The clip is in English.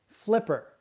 flipper